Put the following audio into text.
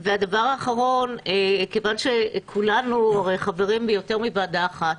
והדבר האחרון מכוון שכולנו הרי חברים ביותר מוועדה אחת,